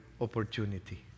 opportunity